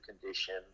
condition